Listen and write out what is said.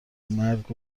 مرگ